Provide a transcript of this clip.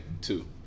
two